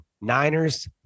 niners